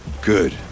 Good